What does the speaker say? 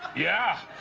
yeah!